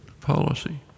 policy